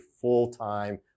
full-time